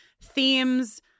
themes